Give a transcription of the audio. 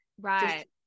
Right